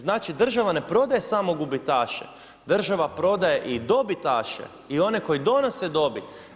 Znači, država ne prodaje samo gubitaše, država prodaje i dobitaše i one koji donose dobit.